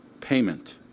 payment